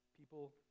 people